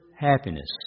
happiness